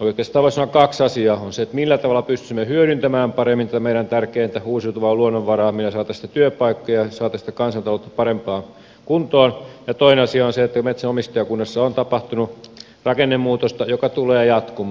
oikeastaan voisi sanoa kaksi asiaa että millä tavalla pystyisimme hyödyntämään paremmin tätä meidän tärkeintä uusiutuvaa luonnonvaraamme ja saataisiin sitten työpaikkoja saataisiin kansantaloutta parempaan kuntoon ja toinen asia on se että metsänomistajakunnassa on tapahtunut rakennemuutosta joka tulee jatkumaan